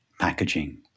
packaging